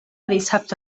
dissabte